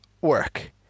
work